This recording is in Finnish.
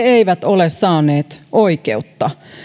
eivät ole saaneet oikeutta